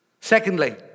Secondly